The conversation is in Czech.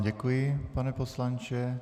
Děkuji vám, pane poslanče.